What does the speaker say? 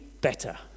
better